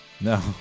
No